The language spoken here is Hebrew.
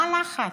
מה הלחץ?